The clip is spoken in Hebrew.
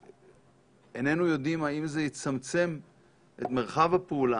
ואיננו יודעים אם זה יצמצם את מרחב הפעולה.